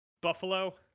Buffalo